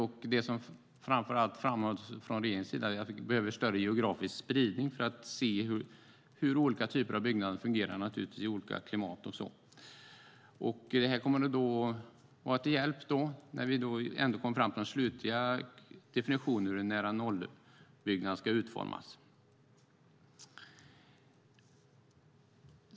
Från regeringen framhålls det framför allt att vi behöver större geografisk spridning för att se hur olika typer av byggnader fungerar i olika klimat. Det kommer att vara till hjälp när vi kommer fram till hur den slutliga definitionen för nära-nollenergibyggnader ska utformas.